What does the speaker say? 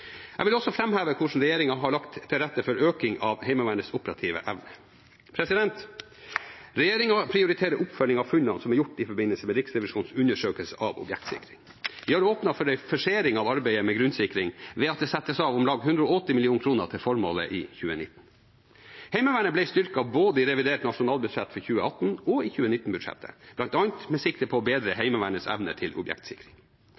Jeg vil også framheve hvordan regjeringen har lagt til rette for øking av Heimevernets operative evne. Regjeringen prioriterer oppfølging av funnene som er gjort i forbindelse med Riksrevisjonens undersøkelse av objektsikring. Vi har åpnet for en forsering av arbeidet med grunnsikring ved at det settes av om lag 180 mill. kr til formålet i 2019. Heimevernet ble styrket både i revidert nasjonalbudsjett for 2018 og i 2019-budsjettet, bl.a. med sikte på å bedre